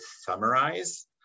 summarize